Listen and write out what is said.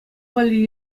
валли